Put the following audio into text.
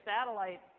satellite